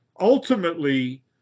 ultimately